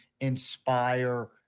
inspire